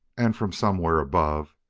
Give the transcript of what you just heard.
and, from somewhere above,